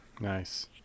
nice